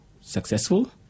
successful